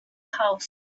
house